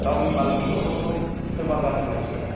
गावनि मालिकनि न'खरखौ सोरबा गारजि मानसिया